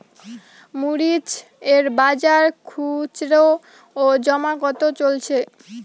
মরিচ এর বাজার খুচরো ও জমা কত চলছে?